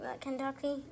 Kentucky